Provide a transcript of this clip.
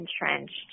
entrenched